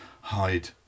hide